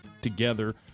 together